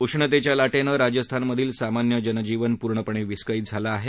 उष्णतेच्या लाटेनं राजस्थानमधील सामान्य जनजीवन पुर्णपणे विस्कळीत झालं आहे